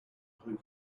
hug